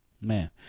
man